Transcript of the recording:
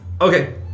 Okay